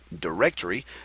directory